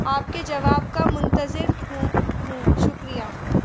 آپ کے جواب کا منتظر ہوں ہوں شکریہ